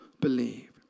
believe